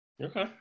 Okay